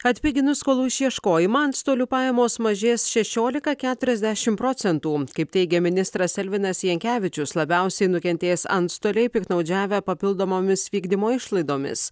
atpiginus skolų išieškojimą antstolių pajamos mažės šešiolika keturiasdešim procentų kaip teigia ministras elvinas jankevičius labiausiai nukentės antstoliai piktnaudžiavę papildomomis vykdymo išlaidomis